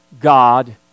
God